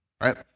right